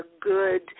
good